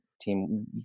team